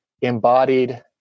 embodied